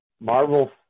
Marvel